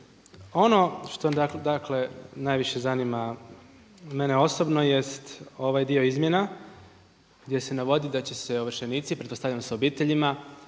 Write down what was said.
Ono što dakle najviše zanima mene osobno jest ovaj dio izmjena gdje se navodi da će se ovršenici, pretpostavljam s obiteljima